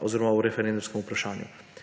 oziroma o referendumskem vprašanju.